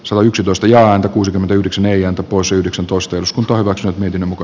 savon edustajaansa kuusikymmentäyhdeksän ei ota pois yhdeksäntoista jos taivas miten muka